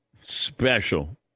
special